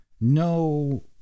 no